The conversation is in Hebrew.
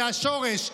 מהשורש,